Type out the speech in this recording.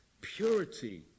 purity